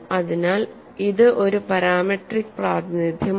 അതിനാൽ ഇത് ഒരു പാരാമെട്രിക് പ്രാതിനിധ്യമാണ്